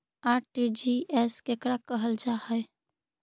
RTGS केकरा कहल जा है?